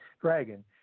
dragon